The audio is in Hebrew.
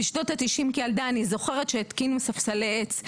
בשנות ה-90 כילדה אני זוכרת שהתקינו ספסלי עץ.